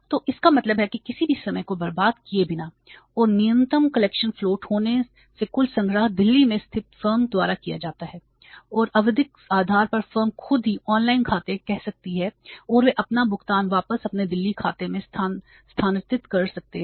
तो इसका मतलब है कि किसी भी समय को बर्बाद किए बिना और न्यूनतम कलेक्शन फ्लोट खाते कह सकती है और वे अपना भुगतान वापस अपने दिल्ली खाते में स्थानांतरित कर सकते हैं